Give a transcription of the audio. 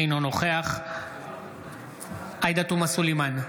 אינו נוכח עאידה תומא סלימאן,